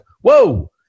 whoa